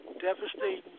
devastating